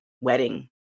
wedding